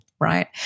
right